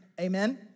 Amen